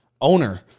Owner